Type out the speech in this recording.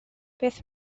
beth